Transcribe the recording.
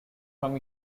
from